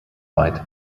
weit